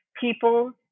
people